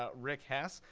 ah rick hess.